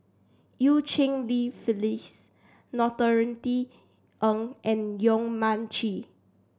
Eu Cheng Li Phyllis Norothy Ng and Yong Mun Chee